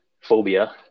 Phobia